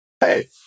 Hey